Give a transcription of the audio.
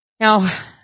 Now